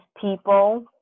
people